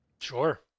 Sure